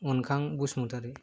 Ankhang Basumatary